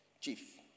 chief